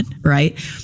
right